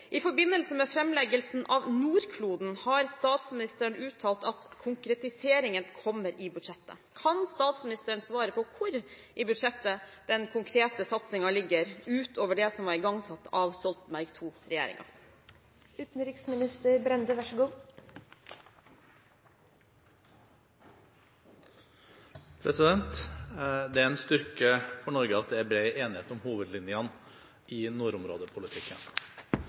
I forbindelse med framleggelsen av «Nordkloden» har statsministeren uttalt at «konkretiseringen kommer i budsjettet». Kan statsministeren svare på hvor i budsjettet den konkrete satsingen ligger, ut over det som var igangsatt av Stoltenberg II-regjeringen?» Det er en styrke for Norge at det er bred enighet om hovedlinjene i nordområdepolitikken.